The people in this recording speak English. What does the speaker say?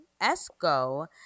Esco